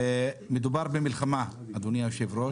מדובר במלחמה, אדוני היושב ראש,